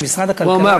שמשרד הכלכלה הוא אמר,